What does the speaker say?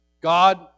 God